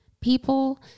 people